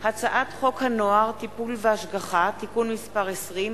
הצעת חוק הנוער (טיפול והשגחה) (תיקון מס' 20),